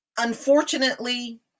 Unfortunately